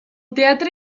teatre